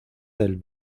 del